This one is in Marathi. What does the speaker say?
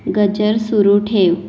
गजर सुरु ठेव